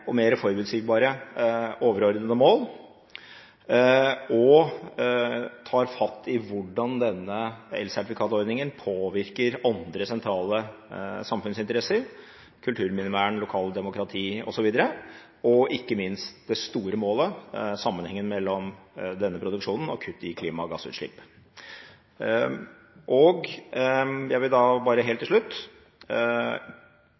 og mer forutsigbare overordnede mål, og at han tar fatt i hvordan denne elsertifikatordningen påvirker andre sentrale samfunnsinteresser, kulturminnevern, lokaldemokrati osv., og ikke minst det store målet: sammenhengen mellom denne produksjonen og kuttet i klimagassutslipp. Jeg vil bare helt